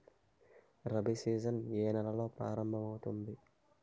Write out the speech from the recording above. Rabi season ఏ నెలలో ప్రారంభమౌతుంది?